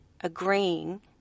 agreeing